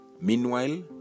meanwhile